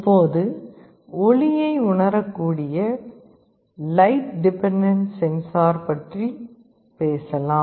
இப்போது ஒளியை உணரக்கூடிய லைட் டிபெண்டன்ட் சென்சார் எனப்படும் சென்சார் பற்றி பேசலாம்